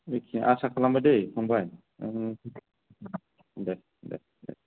जायखिजाया आसा खालामबाय दै फंबाय नों दे दे दे